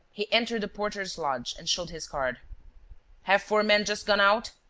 he entered the porter's lodge and showed his card have four men just gone out?